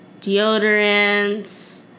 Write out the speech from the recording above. Deodorants